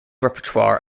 repertoire